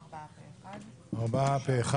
4. מי נגד?